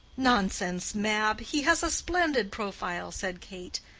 nonsense, mab he has a splendid profile, said kate.